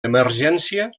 emergència